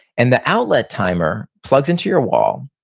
and the outlet timer plugs into your wall,